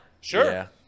sure